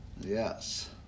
Yes